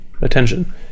attention